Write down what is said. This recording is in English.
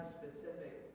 specific